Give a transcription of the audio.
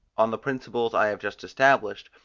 on the principles i have just established,